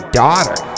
daughter